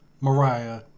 Mariah